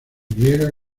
griega